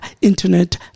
internet